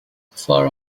for